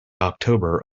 october